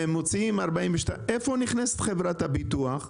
ומוציאים 42 --- איפה נכנסת חברת הביטוח?